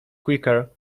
quicker